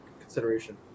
consideration